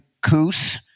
coos